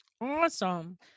Awesome